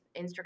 Instagram